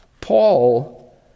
Paul